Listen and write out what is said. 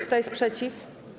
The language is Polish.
Kto jest przeciw?